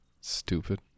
Stupid